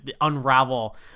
unravel